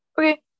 Okay